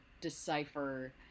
decipher